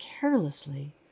carelessly